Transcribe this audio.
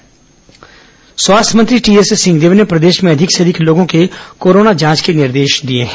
corona स्वास्थ्य मंत्री स्वास्थ्य मंत्री टीएस सिंहदेव ने प्रदेश में अधिक से अधिक लोगों के कोरोना जांच के निर्देश दिए हैं